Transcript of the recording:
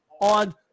on